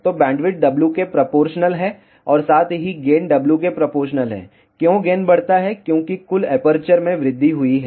तो bandwidth W के proportional है और साथ ही गेन W के प्रोपोर्शनल है क्यों गेन बढ़ता है क्योंकि कुल एपर्चर में वृद्धि हुई है